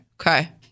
Okay